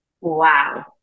wow